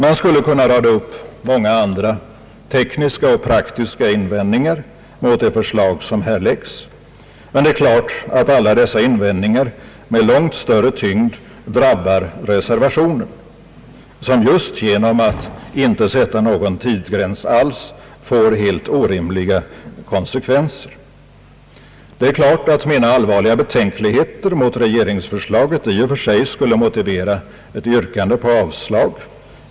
Man skulle kunna rada upp många andra tekniska och praktiska invändningar mot det förslag som här framlagts, men det är klart, att alla dessa invändningar med långt större tyngd drabbar reservationen, som just genom att inte sätta någon tidsgräns alls får helt orimliga konsekvenser. Det är klart att mina allvarliga betänkligheter mot regeringsförslaget i och för sig skulle motivera ett yrkande på avslag.